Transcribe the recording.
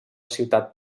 ciutat